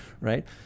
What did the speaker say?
right